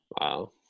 Wow